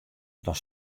dan